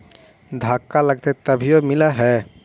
धक्का लगतय तभीयो मिल है?